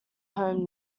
home